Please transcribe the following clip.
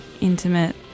Intimate